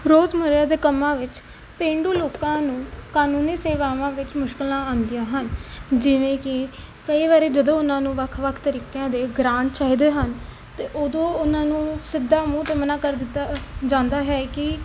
ਰੋਜ਼ ਮਰਿਆ ਦੇ ਕੰਮਾਂ ਵਿੱਚ ਪੇਂਡੂ ਲੋਕਾਂ ਨੂੰ ਕਾਨੂੰਨੀ ਸੇਵਾਵਾਂ ਵਿੱਚ ਮੁਸ਼ਕਿਲਾਂ ਆਉਂਦੀਆਂ ਹਨ ਜਿਵੇਂ ਕਿ ਕਈ ਵਾਰੀ ਜਦੋਂ ਉਹਨਾਂ ਨੂੰ ਵੱਖ ਵੱਖ ਤਰੀਕਿਆਂ ਦੇ ਗਰਾਂਟ ਚਾਹੀਦੇ ਹਨ ਅਤੇ ਉਦੋਂ ਉਹਨਾਂ ਨੂੰ ਸਿੱਧਾ ਮੂੰਹ 'ਤੇ ਮਨ੍ਹਾ ਕਰ ਦਿੱਤਾ ਜਾਂਦਾ ਹੈ ਕਿ